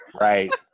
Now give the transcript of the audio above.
Right